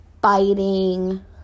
biting